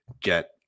get